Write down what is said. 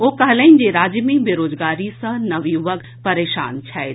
ओ कहलनि जे राज्य मे बेरोजगारी सँ नवयुवक परेशान छथि